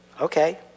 Okay